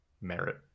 merit